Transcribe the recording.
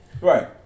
Right